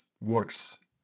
works